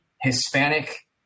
Hispanic